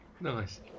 Nice